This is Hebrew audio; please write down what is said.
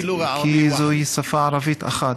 כי זוהי שפה ערבית אחת.